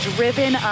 Driven